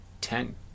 ten